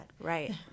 Right